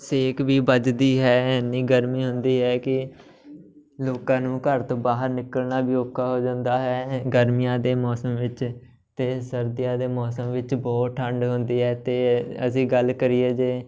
ਸੇਕ ਵੀ ਵੱਜਦੀ ਹੈ ਇੰਨੀ ਗਰਮੀ ਹੁੰਦੀ ਹੈ ਕਿ ਲੋਕਾਂ ਨੂੰ ਘਰ ਤੋਂ ਬਾਹਰ ਨਿਕਲਣਾ ਵੀ ਔਖਾ ਹੋ ਜਾਂਦਾ ਹੈ ਗਰਮੀਆਂ ਦੇ ਮੌਸਮ ਵਿੱਚ ਅਤੇ ਸਰਦੀਆਂ ਦੇ ਮੌਸਮ ਵਿੱਚ ਬਹੁਤ ਠੰਡ ਹੁੰਦੀ ਹੈ ਅਤੇ ਅਸੀਂ ਗੱਲ ਕਰੀਏ ਜੇ